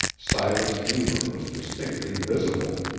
silas deemer was distinctly visible!